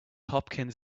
hopkins